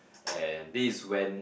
and this is when